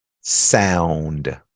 sound